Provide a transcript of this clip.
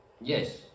Yes